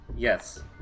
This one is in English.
Yes